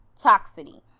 toxicity